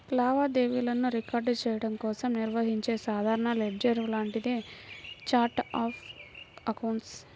లావాదేవీలను రికార్డ్ చెయ్యడం కోసం నిర్వహించే సాధారణ లెడ్జర్ లాంటిదే ఛార్ట్ ఆఫ్ అకౌంట్స్